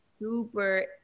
super